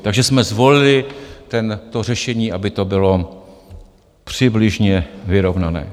Takže jsme zvolili to řešení, aby to bylo přibližně vyrovnané.